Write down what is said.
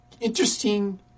interesting